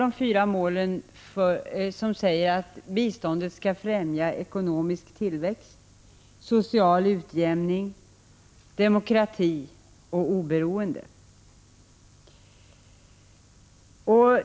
De fyra målen säger att biståndet skall främja ekonomisk tillväxt, social utjämning, demokrati och oberoende.